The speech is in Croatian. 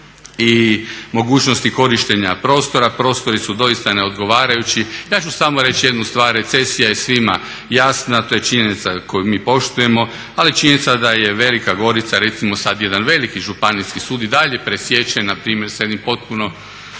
i mogućnosti korištenja prostora. Prostori su doista neodgovarajući. Ja ću samo reći jednu stvar, recesija je svima jasna, to je činjenica koju mi poštujemo, ali činjenica da je Velika Gorica recimo sad jedan veliki županijski sud i dalje presječen npr. sa jednim potpuno